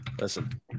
Listen